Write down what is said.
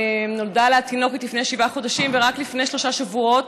נולדה לה תינוקת לפני שבעה חודשים ורק לפני שלושה שבועות